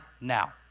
now